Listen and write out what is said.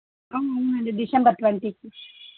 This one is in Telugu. అవును అండి డిసెంబర్ ట్వంటీకి